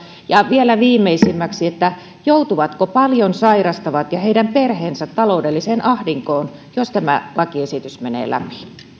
ja vielä viimeiseksi joutuvatko paljon sairastavat ja heidän perheensä taloudelliseen ahdinkoon jos tämä lakiesitys menee läpi